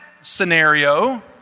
scenario